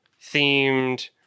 themed